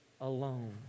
alone